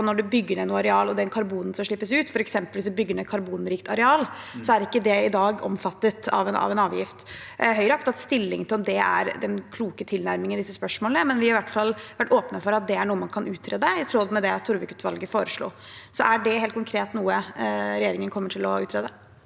når en bygger ned noe areal og karbon slippes ut. Hvis en f.eks. bygger ned karbonrikt areal, er ikke det i dag omfattet av en avgift. Høyre har ikke tatt stilling til om det er den kloke tilnærmingen i disse spørsmålene, men vi har i hvert fall vært åpne for at det er noe en kan utrede, i tråd med det Torvik-utvalget foreslo. Er det helt konkret noe regjeringen kommer til å utrede?